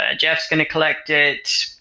ah jeff's going to collect it.